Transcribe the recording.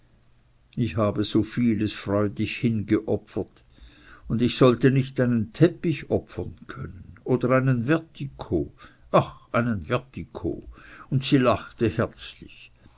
ich habe so vieles freudig hingeopfert und ich sollte nicht einen teppich opfern können oder einen vertiko ach einen vertiko und sie lachte herzlich